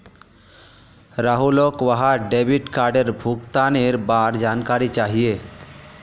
राहुलक वहार डेबिट कार्डेर भुगतानेर बार जानकारी चाहिए